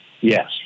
Yes